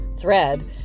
thread